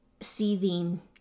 seething